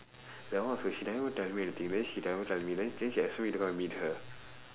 that one also she never even tell me anything then she never tell me then then she expect me to come and meet her